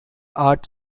art